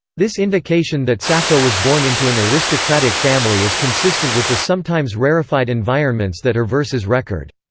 this indication that sappho was born into an aristocratic family is consistent with the sometimes rarefied environments that her verses record.